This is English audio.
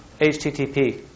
HTTP